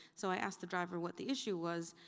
so i asked the driver what the issue was.